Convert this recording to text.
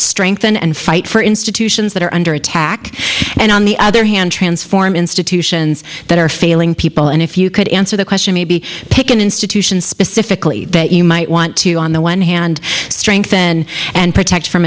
strengthen and fight for institutions that are under attack and on the other hand transform institutions that are failing people and if you could answer the question maybe pick an institution specifically that you might want to on the one hand strength then and protect from